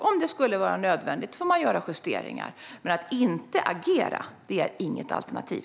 Om det skulle vara nödvändigt får vi göra justeringar, men att inte agera är inget alternativ.